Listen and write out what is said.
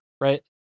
right